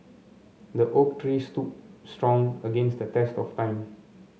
the oak tree stood strong against the test of time